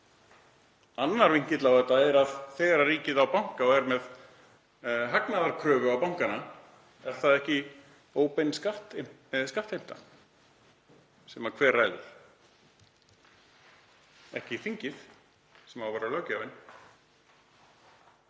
Annar vinkill á þetta er að þegar ríkið á banka og er með hagnaðarkröfu á bankana, er það ekki óbein skattheimta? Sem hver ræður? Ekki þingið sem á að vera löggjafinn